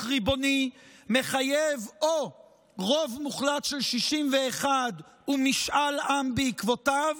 ריבוני מחייב רוב מוחלט של 61 ומשאל עם בעקבותיו,